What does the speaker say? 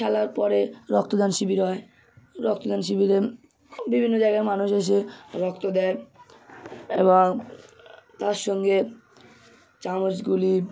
খেলার পরে রক্তদান শিবির হয় রক্তদান শিবিরে বিভিন্ন জায়গার মানুষ এসে রক্ত দেয় এবার তার সঙ্গে চামচগুলি